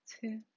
two